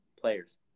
players